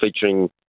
featuring